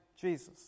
Jesus